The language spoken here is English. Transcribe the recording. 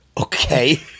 Okay